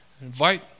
invite